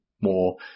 more